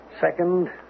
Second